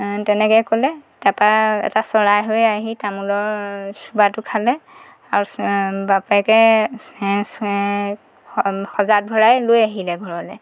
তেনেকৈ ক'লে তাপা এটা চৰাই হৈ আহি তামোলৰ চোবাটো খালে আৰু চে বাপেকে চে চে সজাত ভৰাই লৈ আহিলে ঘৰলৈ